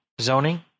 Zoning